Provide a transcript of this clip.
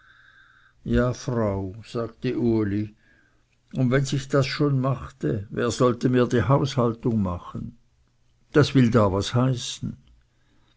ja frau sagte uli und wenn das sich schon machte wer sollte mir die haushaltung machen das will da was heißen